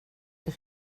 det